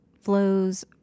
flows